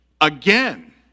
again